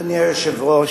אדוני השר?